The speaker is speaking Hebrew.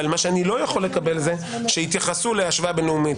אבל מה שאני לא יכול לקבל זה שיתייחסו להשוואה בין-לאומית